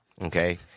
Okay